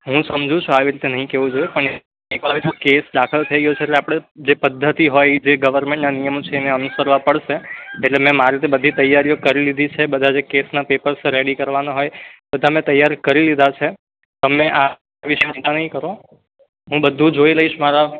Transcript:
હું સમજું છું આવી રીતે નહીં કહેવું જોઈએ પણ એકવાર જો કેસ દાખલ થઈ ગયો છે એટલે આપણે જે પદ્ધતિ હોય જે ગવર્મેન્ટના નિયમો છે એને અનુસરવા પડશે એટલે મેં મારી રીતે બધી તૈયારી કરી લીધી છે કેસનાં પેપર્સ રેડી કરવાના હોય બધા મેં તૈયાર કરી લીધા છે તમે આ વિશે ચિંતા નહીં કરો હું બધું જ જોઈ લઈશ મારા